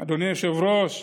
אדוני היושב-ראש,